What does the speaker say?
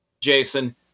Jason